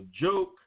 joke